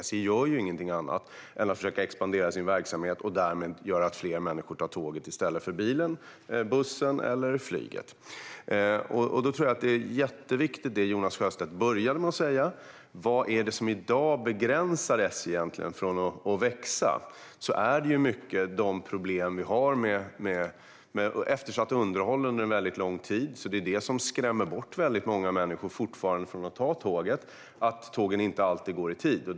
SJ gör ju ingenting annat än att försöka expandera sin verksamhet och därmed göra att fler människor tar tåget i stället för bilen, bussen eller flyget. Det som i dag hindrar SJ från att växa är mycket de problem vi haft med eftersatt underhåll under en väldigt lång tid, vilket fortfarande skrämmer bort många människor från att ta tåget, och att tågen inte alltid går i tid.